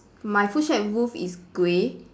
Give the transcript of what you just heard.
my food shack roof is grey